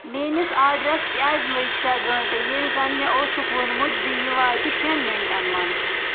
میٛٲنِس آرڈرَس کیٛازِ لٔگۍ شےٚ گٲنٛٹہٕ ییٚلہِ زِ مےٚ اوسُکھ وونمُت زِ یہِ واتہِ شیٚن مِنٹَن منٛز